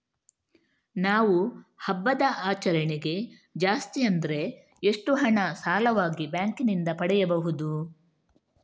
ನಾವು ಹಬ್ಬದ ಆಚರಣೆಗೆ ಜಾಸ್ತಿ ಅಂದ್ರೆ ಎಷ್ಟು ಹಣ ಸಾಲವಾಗಿ ಬ್ಯಾಂಕ್ ನಿಂದ ಪಡೆಯಬಹುದು?